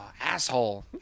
Asshole